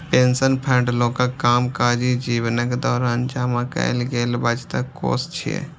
pension fund लोकक कामकाजी जीवनक दौरान जमा कैल गेल बचतक कोष छियै